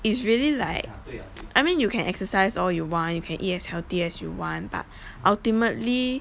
it's really like I mean you can exercise all you want you can eat as healthy as you want but ultimately